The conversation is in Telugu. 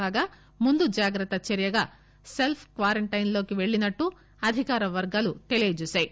కాగా ముందు జాగ్రత్త చర్యగా సెల్స్ క్వారంటైన్ లోకి పెళ్ళినట్లు అధికార వర్గాలు తెలిపాయి